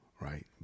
right